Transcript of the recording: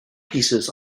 pieces